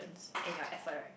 and your effort right